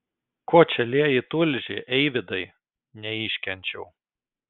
ko čia lieji tulžį eivydai neiškenčiau